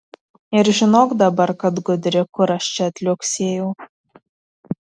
ir žinok dabar kad gudri kur aš čia atliuoksėjau